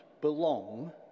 belong